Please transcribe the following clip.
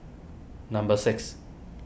number six